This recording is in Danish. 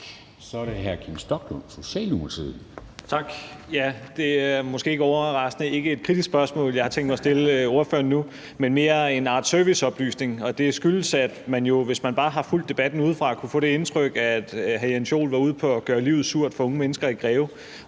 Så er det hr. Rasmus Stoklund, Socialdemokratiet. Kl. 10:51 Rasmus Stoklund (S): Det er måske ikke overraskende ikke et kritisk spørgsmål, jeg har tænkt mig at stille til ordføreren, men mere en art serviceoplysning, og det skyldes, at man jo, hvis man har fulgt debatten udefra, kunne få det indtryk, at hr. Jens Joel var ude på at gøre livet surt for unge mennesker i Greve.